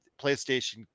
PlayStation